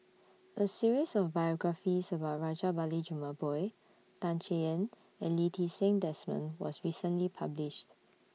A series of biographies about Rajabali Jumabhoy Tan Chay Yan and Lee Ti Seng Desmond was recently published